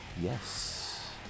yes